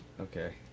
okay